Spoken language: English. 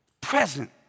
Present